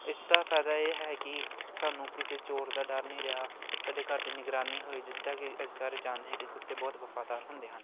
ਇਸ ਦਾ ਫਾਇਦਾ ਇਹ ਹੈ ਕਿ ਸਾਨੂੰ ਕਿਸੇ ਚੋਰ ਦਾ ਡਰ ਨਹੀਂ ਰਿਹਾ ਸਾਡੇ ਘਰ ਦੀ ਨਿਗਰਾਨੀ ਹੋਈ ਜਿਸਦਾ ਕਿ ਅਸੀਂ ਸਾਰੇ ਜਾਣਦੇ ਹਾਂ ਕਿ ਕੁੱਤੇ ਬਹੁਤ ਵਫਾਦਾਰ ਹੁੰਦੇ ਹਨ